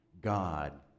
God